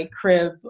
crib